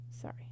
Sorry